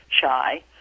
shy